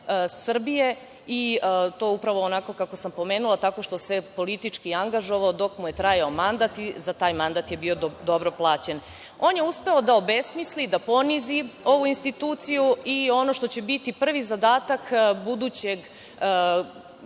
i to upravo onako kako sam pomenula, tako što se politički angažovao dok mu je trajao mandat i za taj mandat je bio dobro plaćen. On je uspeo da obesmisli, da ponizi ovu instituciju i ono što će biti prvi zadatak budućeg